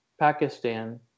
Pakistan